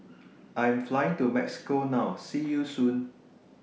I Am Flying to Mexico now See YOU Soon